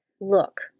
Look